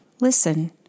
listen